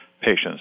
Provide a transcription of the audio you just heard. patients